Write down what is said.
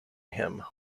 him